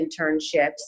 internships